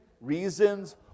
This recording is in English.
reasons